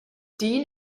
die